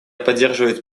поддерживает